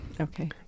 Okay